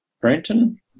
Brenton